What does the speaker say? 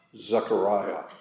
Zechariah